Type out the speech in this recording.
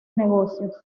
negocios